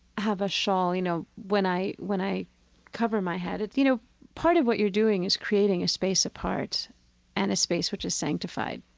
have a shawl, you know, when i when i cover my head, it's, you know, part of what you're doing is creating a space apart and a space which is sanctified.